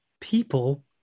people